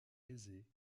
aisée